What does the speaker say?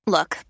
Look